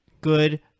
Good